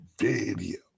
video